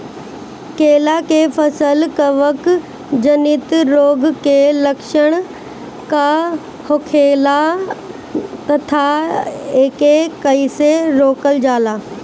केला के फसल में कवक जनित रोग के लक्षण का होखेला तथा एके कइसे रोकल जाला?